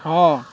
ହଁ